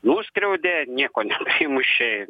nuskriaudė nieko neprimušė